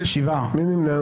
הצבעה לא אושרו.